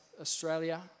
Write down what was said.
Australia